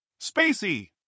spacey